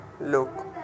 look